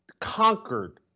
conquered